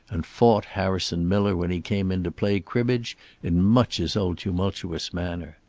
and fought harrison miller when he came in to play cribbage in much his old tumultuous manner.